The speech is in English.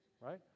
Right